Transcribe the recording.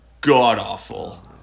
God-awful